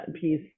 piece